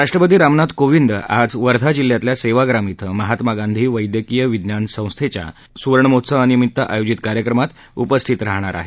राष्ट्रपती रामनाथ कोविंद आज वर्धा जिल्ह्यातल्या सेवाग्राम इथं महात्मा गांधी वैद्यकीय विज्ञान संस्थेच्या सुर्वणमहोत्सवानिमित्त आयोजित कार्यक्रमात उपस्थित राहणार आहेत